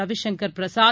Ravishankar Prasad